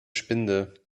spinde